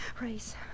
Race